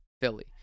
Philly